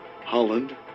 Holland